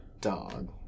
Dog